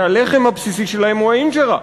שהלחם הבסיסי שלהם הוא האינג'רה,